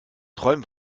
träum